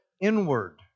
inward